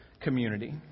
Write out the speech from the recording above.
Community